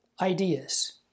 ideas